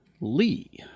Lee